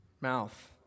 mouth